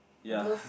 ya